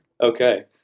Okay